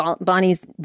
Bonnie's